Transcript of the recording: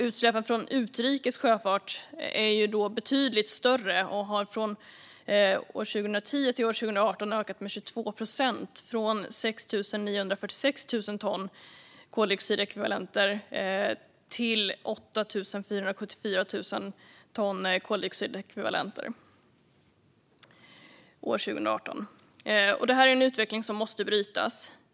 Utsläppen från utrikes sjöfart är betydligt större och har från år 2010 till år 2018 ökat med 22 procent, från 6 946 000 ton koldioxidekvivalenter till 8 474 000 ton koldioxidekvivalenter. Detta är en utveckling som måste brytas.